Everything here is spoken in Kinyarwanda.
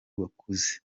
bakuze